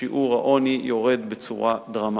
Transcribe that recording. שיעור העוני יורד בצורה דרמטית.